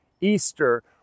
Easter